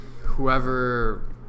Whoever